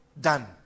done